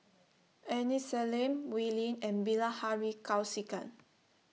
Aini Salim Wee Lin and Bilahari Kausikan